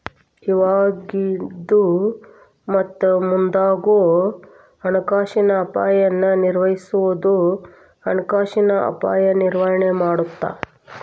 ಇವಾಗಿಂದು ಮತ್ತ ಮುಂದಾಗೋ ಹಣಕಾಸಿನ ಅಪಾಯನ ನಿರ್ವಹಿಸೋದು ಹಣಕಾಸಿನ ಅಪಾಯ ನಿರ್ವಹಣೆ ಮಾಡತ್ತ